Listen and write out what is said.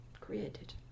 created